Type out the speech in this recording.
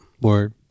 Word